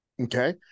okay